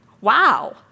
Wow